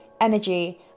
energy